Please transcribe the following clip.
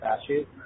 statute